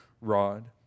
rod